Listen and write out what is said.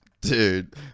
Dude